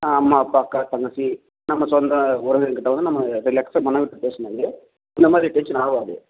ஆ அம்மா அப்பா அக்கா தங்கச்சி நம்ம சொந்தம் உறவினருங்கக்கிட்டே வந்து நம்ம ரிலாக்ஸாக மனம்விட்டு பேசும்போது இந்தமாதிரி டென்ஷன் ஆகாது